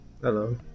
Hello